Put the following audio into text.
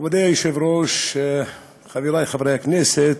כבוד היושב-ראש, חברי חברי הכנסת,